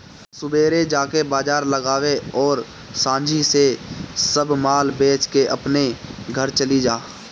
सुबेरे जाके बाजार लगावअ अउरी सांझी से सब माल बेच के अपनी घरे चली जा